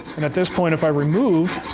at this point, if i remove